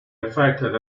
affected